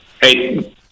Hey